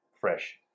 fresh